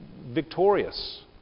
victorious